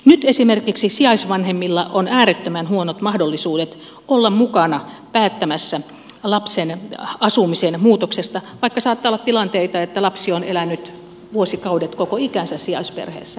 nyt esimerkiksi sijaisvanhemmilla on äärettömän huonot mahdollisuudet olla mukana päättämässä lapsen asumisen muutoksesta vaikka saattaa olla tilanteita että lapsi on elänyt vuosikaudet koko ikänsä sijaisperheessä